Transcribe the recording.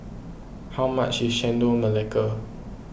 how much is Chendol Melaka